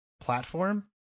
platform